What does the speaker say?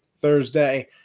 Thursday